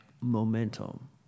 momentum